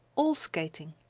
all skating.